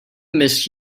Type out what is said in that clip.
miss